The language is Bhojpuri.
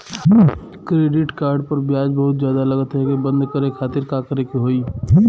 क्रेडिट कार्ड पर ब्याज बहुते ज्यादा लगत ह एके बंद करे खातिर का करे के होई?